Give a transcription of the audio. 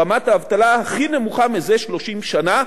רמת האבטלה הכי נמוכה מזה 30 שנה,